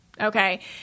okay